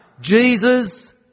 Jesus